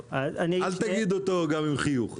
גם אל תגיד אותו עם חיוך.